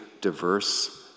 diverse